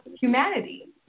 humanity